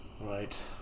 Right